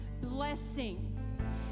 Blessing